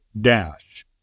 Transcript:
Dash